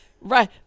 right